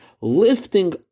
lifting